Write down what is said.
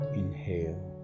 inhale